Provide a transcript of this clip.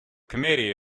committee